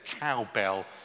cowbell